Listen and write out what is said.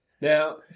Now